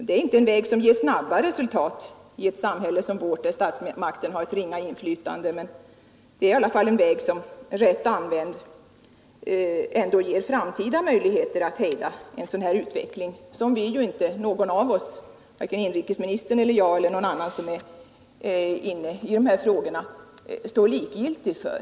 Det är inte en väg som ger snabba resultat i ett samhälle som vårt, där statsmakten har ett ringa inflytande, men det är i alla fall en väg som rätt använd ger framtida möjligheter att hejda en sådan här utveckling som varken inrikesministern, jag eller någon annan som är intresserad av de här frågorna står likgiltig för.